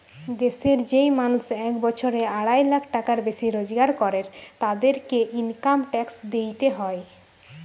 দেশের যেই মানুষ এক বছরে আড়াই লাখ টাকার বেশি রোজগার করের, তাদেরকে ইনকাম ট্যাক্স দিইতে হয়